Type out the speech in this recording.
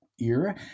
ear